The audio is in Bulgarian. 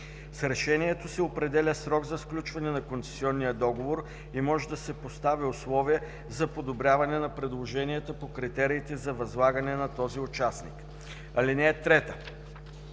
С решението се определя срок за сключване на концесионния договор и може да се постави условие за подобряване на предложенията по критериите за възлагане на този участник. (3)